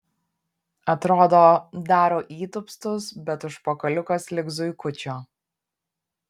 atrodo daro įtūpstus bet užpakaliukas lyg zuikučio